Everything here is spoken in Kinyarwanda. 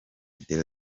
the